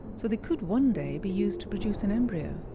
so they could one day be used to produce an embryo,